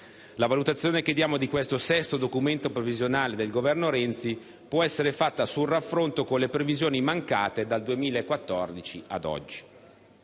La valutazione che diamo di questo sesto documento previsionale del Governo Renzi può essere fatta sul raffronto con le previsioni mancate dal 2014 ad oggi.